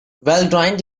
valgrind